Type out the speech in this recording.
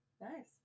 Nice